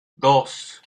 dos